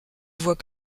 voit